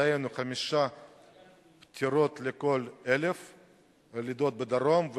דהיינו חמש פטירות לכל 1,000 לידות בדרום,